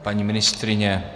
Paní ministryně?